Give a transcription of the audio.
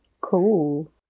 Cool